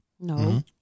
No